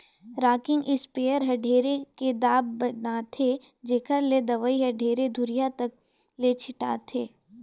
rocking sprayer हर ढेरे के दाब बनाथे जेखर ले दवई हर ढेरे दुरिहा तक ले छिटाथे